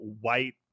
white